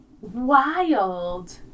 Wild